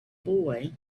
boy